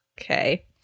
okay